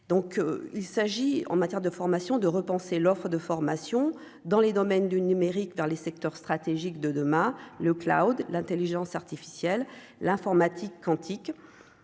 il s'agit, en matière de formation de repenser l'offre de formation dans les domaines du numérique dans les secteurs stratégiques de de ma le Cloud l'Intelligence artificielle, l'informatique quantique